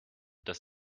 das